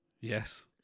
yes